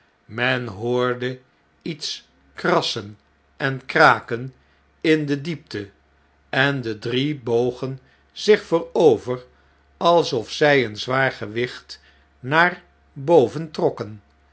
men hoorde iets krassen en kraken in de diepte en de drie bogen zich voorover alsof zjj een zwaar fewicht naar boven trokken